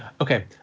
Okay